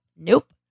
nope